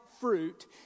fruit